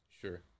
Sure